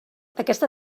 aquesta